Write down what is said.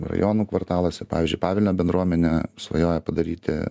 rajonų kvartaluose pavyzdžiui pavilnio bendruomenė svajoja padaryti